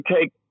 take